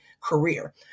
career